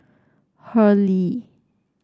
Hurley